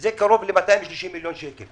זה קרוב לסכום של 260 מיליון שקלים.